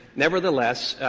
nevertheless,